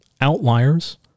outliers